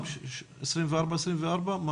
גם 24 ו-24?